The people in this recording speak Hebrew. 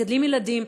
מגדלים ילדים,